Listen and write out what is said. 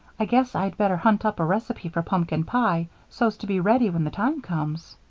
i guess i'd better hunt up a recipe for pumpkin pie, so's to be ready when the time comes.